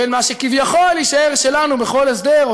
בין מה שכביכול יישאר שלנו בכל הסדר,